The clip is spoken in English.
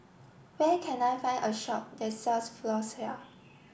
where can I find a shop that sells Floxia